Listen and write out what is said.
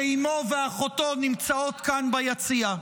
שאימו ואחותו נמצאות כאן ביציע.